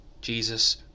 Jesus